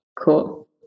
cool